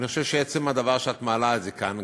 אני חושב שעצם הדבר שאת מעלה את זה כאן,